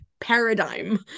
paradigm